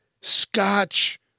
Scotch